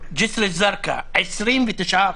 בג'סר א-זרקא 29%,